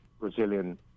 Brazilian